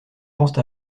pensent